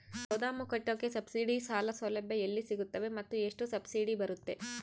ಗೋದಾಮು ಕಟ್ಟೋಕೆ ಸಬ್ಸಿಡಿ ಸಾಲ ಸೌಲಭ್ಯ ಎಲ್ಲಿ ಸಿಗುತ್ತವೆ ಮತ್ತು ಎಷ್ಟು ಸಬ್ಸಿಡಿ ಬರುತ್ತೆ?